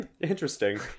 Interesting